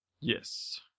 Yes